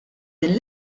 din